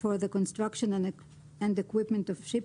for the Construction and Equipment of Ships